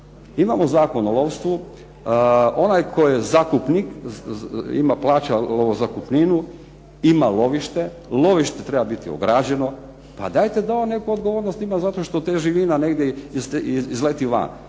Imamo Zakon o lovstvu, onaj tko je zakupnik, plaća lovo zakupninu, lovište mora biti ograđeno, pa dajte da on neku odgovornost ima zato što živina negdje izleti van,